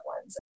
ones